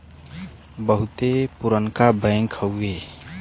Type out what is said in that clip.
बहुते पुरनका बैंक हउए